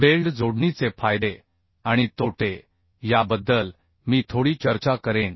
weld जोडणीचे फायदे आणि तोटे याबद्दल मी थोडी चर्चा करेन